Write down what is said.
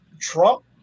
trump